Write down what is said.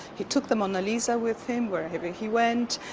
he took the mona lisa with him wherever he went.